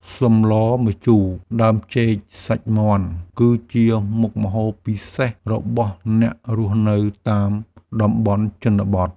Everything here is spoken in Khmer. សម្លម្ជូរដើមចេកសាច់មាន់ គឺជាមុខម្ហូបពិសេសរបស់អ្នករស់នៅតាមតំបន់ជនបទ។